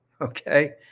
okay